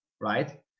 right